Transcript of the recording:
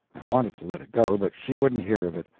i wanted to let it go, but she wouldn't hear of it.